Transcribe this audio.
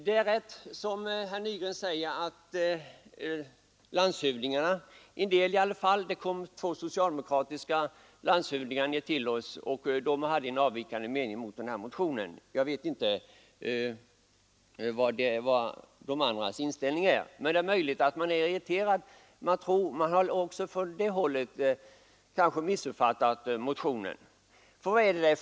Det är rätt, som herr Nygren säger, att i varje fall en del landshövdingar har en avvikande mening i förhållande till motionen, exempelvis de två socialdemokratiska landshövdingar som kom ned till oss. Jag vet inte vad de andra har för inställning, men det är möjligt att de är irriterade. Man har på det hållet kanske också missuppfattat motionen. Ty vad är det fråga om?